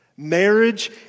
Marriage